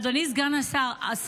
אדוני סגן השרה,